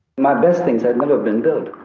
my best things had never been built.